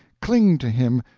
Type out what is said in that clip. cling to him,